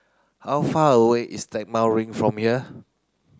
how far away is Stagmont Ring from here